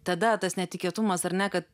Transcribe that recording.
tada tas netikėtumas ar ne kad